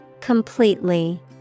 Completely